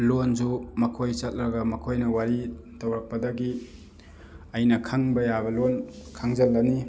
ꯂꯣꯟꯁꯨ ꯃꯈꯣꯏ ꯆꯠꯂꯒ ꯃꯈꯣꯏꯅ ꯋꯥꯔꯤ ꯇꯧꯔꯛꯄꯗꯒꯤ ꯑꯩꯅ ꯈꯪꯕ ꯌꯥꯕ ꯂꯣꯟ ꯈꯪꯖꯜꯂꯅꯤ